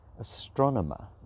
astronomer